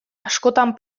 askotan